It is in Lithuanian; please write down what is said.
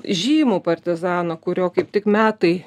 žymų partizaną kurio kaip tik metai